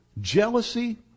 Jealousy